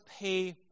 pay